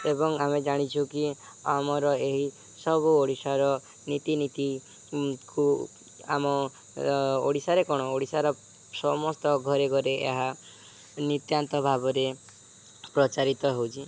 ଏବଂ ଆମେ ଜାଣିଛୁ କି ଆମର ଏହି ସବୁ ଓଡ଼ିଶାର ନୀତିନୀତିକୁ ଆମ ଓଡ଼ିଶାରେ କ'ଣ ଓଡ଼ିଶାର ସମସ୍ତ ଘରେ ଘରେ ଏହା ନିତ୍ୟାନ୍ତ ଭାବରେ ପ୍ରଚାରିତ ହେଉଛି